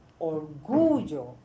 orgullo